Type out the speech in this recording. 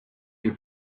you